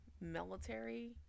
military